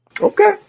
Okay